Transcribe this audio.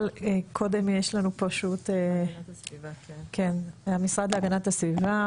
אבל קודם יש לנו פה את המשרד להגנת הסביבה.